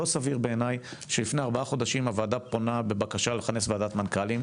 לא סביר בעיני שלפני ארבעה חודשים הוועדה פונה בבקשה לכנס ועדת מנכ"לים,